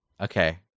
Okay